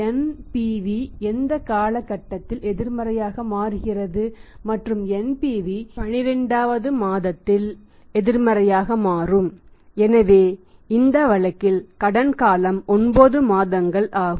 NPV எந்த காலகட்டத்தில் எதிர்மறையாக மாறுகிறது மற்றும் NPV 12 இல் எதிர்மறையாக மாறும் எனவே இந்த வழக்கில் கடன் காலம் 9 மாதங்கள் ஆகும்